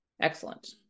excellent